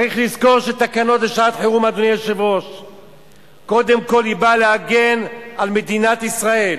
צריך לזכור שתקנות לשעת-חירום קודם כול באות להגן על מדינת ישראל,